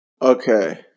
Okay